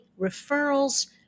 referrals